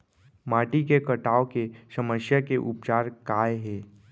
माटी के कटाव के समस्या के उपचार काय हे?